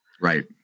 Right